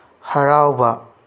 ꯍꯔꯥꯎꯕ